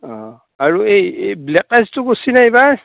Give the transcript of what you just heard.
অঁ আৰু এই এই ব্লেক ৰাইচটো কৰিছেনে এইবাৰ